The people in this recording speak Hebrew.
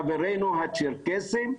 חברינו הצ'רקסיים,